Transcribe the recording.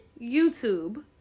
YouTube